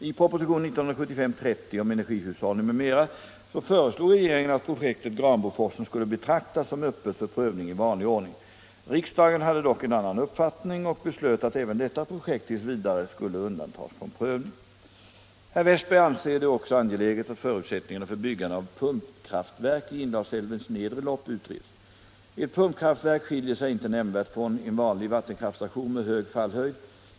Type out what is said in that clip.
I propositionen 1975:30 om energihushållning m.m. föreslog regeringen att projektet Granboforsen skulle betraktas som öppet för prövning i vanlig ordning. Riksdagen hade dock en annan uppfattning och beslöt att även detta projekt tills vidare skulle undantas från prövning. Herr Westberg anser det också angeläget att förutsättningarna för byggande av pumpkraftverk i Indalsälvens nedre lopp utreds. Ett pumpkraftverk skiljer sig inte nämnvärt från en vanlig vattenkraftstation med hög fallhöjd.